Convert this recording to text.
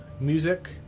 music